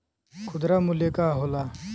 खुदरा मूल्य का होला?